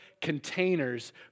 containers